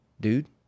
dude